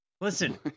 listen